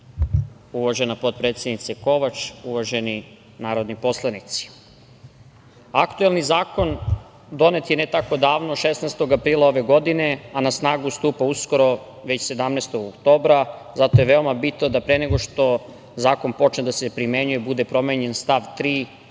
uvažena potpredsednice Kovač, uvaženi narodni poslanici, aktuelni zakon donet je ne tako davno 16. aprila ove godine, a na snagu stupa uskoro, već 17. oktobra, i zato je veoma bitno da pre nego što zakon počne da se primenjuje bude promenjen stav 3.